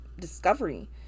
discovery